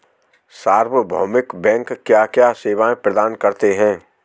सार्वभौमिक बैंक क्या क्या सेवाएं प्रदान करते हैं?